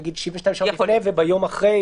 נגיד 72 שעות לפני וביום אחרי,